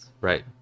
Right